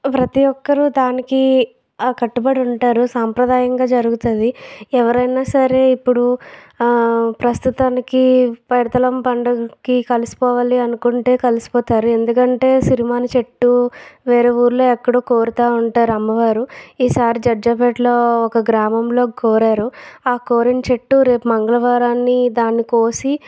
ప్రతి ఒక్కరు దానికి కట్టుబడి ఉంటారు సాంప్రదాయకంగా జరుగుతుంది ఎవరన్నా సరే ఇప్పుడు ప్రస్తుతానికి పైడితల్లి అమ్మ పండుగకి కలిసిపోవాలి అనుకుంటే కలిసిపోతారు ఎందుకంటే సిరిమాను చెట్టు వేరే ఊళ్ళో ఎక్కడో కోరుతు ఉంటారు అమ్మవారు ఈసారి జడ్జాపేట ఒక గ్రామంలో కోరారు ఆ కోరిన చెట్టు రేపు మంగళవారం దాన్ని కోసి